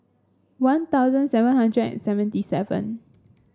One Thousand seven hundred and seventy seven